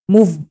Move